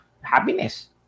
happiness